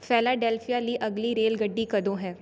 Philadelphia ਲਈ ਅਗਲੀ ਰੇਲਗੱਡੀ ਕਦੋਂ ਹੈ